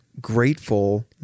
grateful